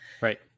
Right